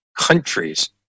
countries